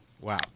Wow